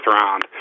round